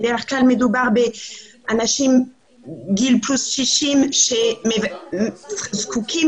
בדרך כלל מדובר באנשים בגיל 60 פלוס שזקוקים